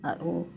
আৰু